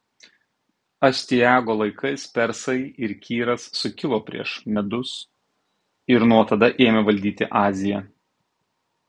astiago laikais persai ir kyras sukilo prieš medus ir nuo tada ėmė valdyti aziją